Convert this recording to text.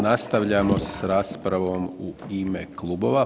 Nastavljamo s raspravom u ime klubova.